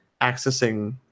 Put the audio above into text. accessing